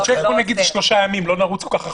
שיק הוא שלושה ימים, לא נרוץ כל כך רחוק.